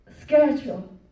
schedule